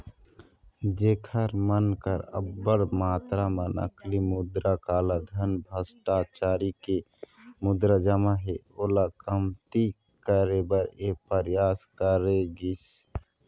जेखर मन कर अब्बड़ मातरा म नकली मुद्रा, कालाधन, भस्टाचारी के मुद्रा जमा हे ओला कमती करे बर ये परयास करे गिस